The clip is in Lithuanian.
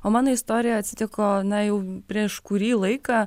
o mano istorija atsitiko na jau prieš kurį laiką